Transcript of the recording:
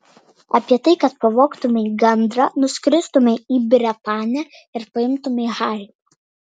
apie tai kad pavogtumei gandrą nuskristumei į bretanę ir paimtumei harį